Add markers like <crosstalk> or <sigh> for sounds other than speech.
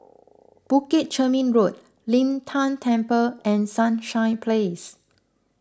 <noise> Bukit Chermin Road Lin Tan Temple and Sunshine Place